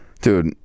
Dude